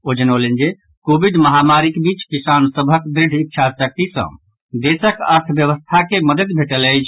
ओ जनौलनि जे कोविड महामारीक बीच किसान सभक द्रढ़ इच्छा शक्ति सॅ देशक अर्थव्यवस्था के मददि भेटल अछि